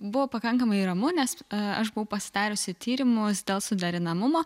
buvo pakankamai ramu nes aš buvau pasidariusi tyrimus dėl suderinamumo